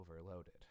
overloaded